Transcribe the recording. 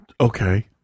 Okay